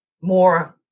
more